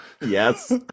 Yes